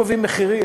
איך קובעים מחירים,